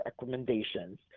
recommendations